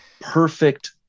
perfect